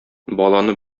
баланы